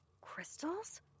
Crystals